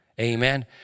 amen